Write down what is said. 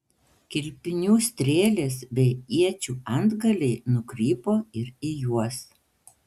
kilpinių strėlės bei iečių antgaliai nukrypo ir į juos